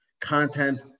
content